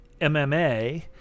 MMA